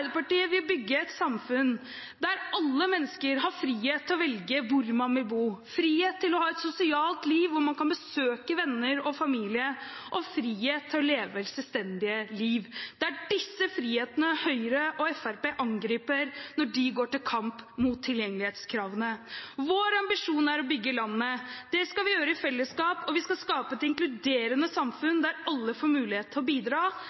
vi vil ha. Arbeiderpartiet vil bygge et samfunn der alle mennesker har frihet til å velge hvor man vil bo, frihet til å ha et sosialt liv hvor man kan besøke venner og familie, og frihet til å leve selvstendige liv. Det er disse frihetene Høyre og Fremskrittspartiet angriper når de går til kamp mot tilgjengelighetskravene. Vår ambisjon er å bygge landet. Det skal vi gjøre i fellesskap, og vi skal skape et inkluderende samfunn der alle får mulighet til å bidra.